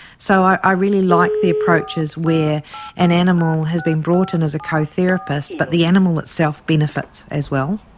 so i really like the approaches where an animal has been brought in as a co-therapist but the animal itself benefits as well.